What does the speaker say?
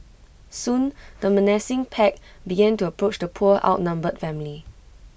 soon the menacing pack began to approach the poor outnumbered family